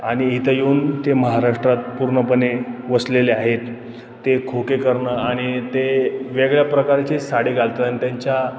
आणि इथं येऊन ते महाराष्ट्रात पूर्णपणे वसलेले आहेत ते खोके करणं आणि ते वेगळ्या प्रकारचे साडी घालतं आणि त्यांच्या